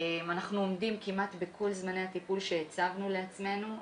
אנחנו עומדים כמעט בכל זמני הטיפול שהצבנו לעצמנו.